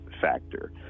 factor